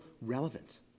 relevant